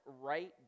right